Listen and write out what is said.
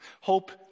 Hope